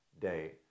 day